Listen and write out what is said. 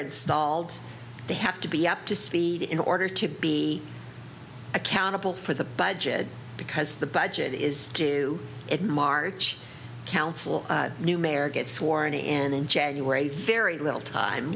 installed they have to be up to speed in order to be accountable for the budget because the budget is do it march council new mayor gets sworn in in january very little time